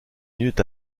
minute